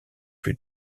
plus